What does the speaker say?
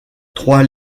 trois